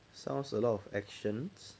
sounds a lot of actions